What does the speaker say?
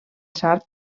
sard